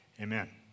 Amen